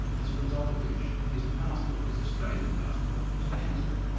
as a result of which his passport, his australian passport, was cancelled.